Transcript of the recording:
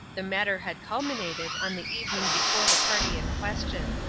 the matter had culminated on the evening before the party in question.